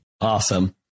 Awesome